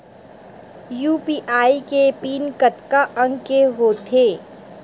UPI के PIN कतका अंक के होथे?